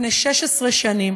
לפני 16 שנים,